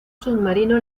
submarino